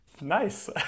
Nice